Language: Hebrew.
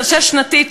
השש-שנתית,